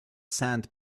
sand